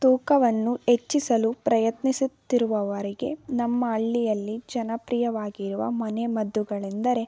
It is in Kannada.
ತೂಕವನ್ನು ಹೆಚ್ಚಿಸಲು ಪ್ರಯತ್ನಿಸುತ್ತಿರುವವರಿಗೆ ನಮ್ಮ ಹಳ್ಳಿಯಲ್ಲಿ ಜನಪ್ರಿಯವಾಗಿರುವ ಮನೆಮದ್ದುಗಳೆಂದರೆ